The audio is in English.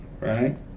right